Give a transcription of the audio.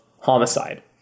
homicide